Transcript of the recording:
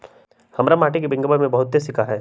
हमरा माटि के बैंक में बहुते सिक्का हई